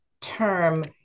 term